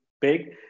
big